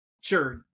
sure